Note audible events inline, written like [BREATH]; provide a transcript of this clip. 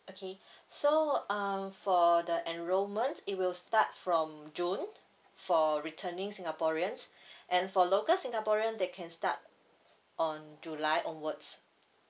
okay so um for the enrollment it will start from june for returning singaporeans [BREATH] and for local singaporean they can start on july onwards